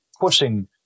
pushing